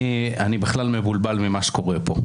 אני בכלל מבולבל ממה שקורה פה.